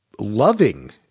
loving